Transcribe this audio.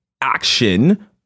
action